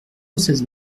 seize